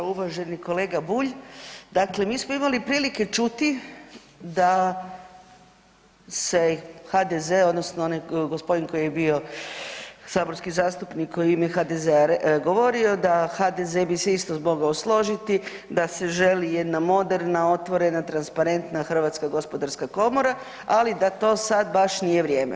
Uvaženi kolega Bulj dakle mi smo imali prilike čuti da se HDZ-e odnosno onaj gospodin koji je bio saborski zastupnik koji je u ime HDZ-a govorio da HDZ-e bi se isto mogao složiti da se želi jedna moderna, otvorena, transparentna Hrvatska gospodarska komora, ali da to sad baš nije vrijeme.